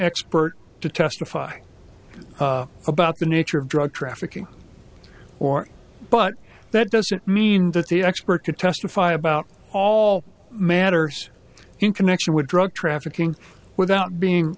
expert to testify about the nature of drug trafficking or but that doesn't mean that the expert to testify about all matters in connection with drug trafficking without being